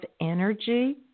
energy